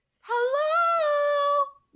Hello